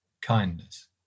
kindness